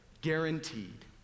guaranteed